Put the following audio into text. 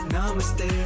Namaste